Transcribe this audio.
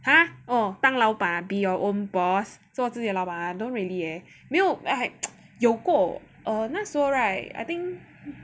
!huh! oh 当老板 be your own boss 做自己老板 I don't really 没有 eh 有过 err 那时候 right I think